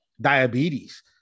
diabetes